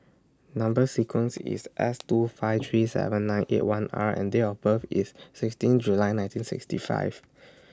Number sequence IS S two five three seven nine eight one R and Date of birth IS sixteen July nineteen sixty five